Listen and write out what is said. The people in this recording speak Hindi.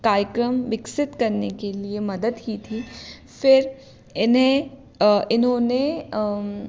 कार्यक्रम विकसित करने के लिए मदद की थी फ़िर इन्हें इन्होंने